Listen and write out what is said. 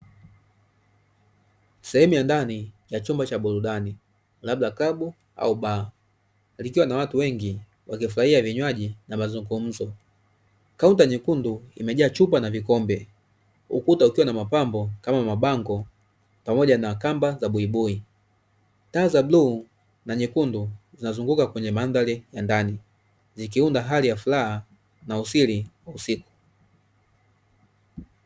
Sehemu ya ndani ya chumba cha burudani, labda klabu au baa, likiwa na watu wengi wakifurahia vinywaji na mazungumzo, kaunta nyekundu imejaa chupa na vikombe, ukuta ukiwa na mapambo, kama mabango pamoja na kamba za buibui, taa za bluu na nyekundu zinazunguka kwenye mandhari ya ndani, zikiunda hali ya furaha na usiri usiku.